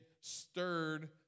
stirred